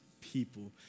people